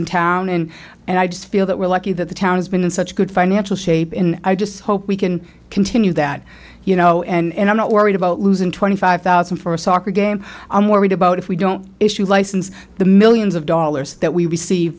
in town in and i just feel that we're lucky that the town's been in such good financial shape in i just hope we can continue that you know and i'm not worried about losing twenty five thousand for a soccer game i'm worried about if we don't issue license the millions of dollars that we receive